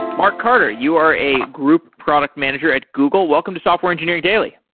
mark carter, you are a group product manager at google, welcome to software engineering daily.